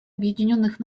объединенных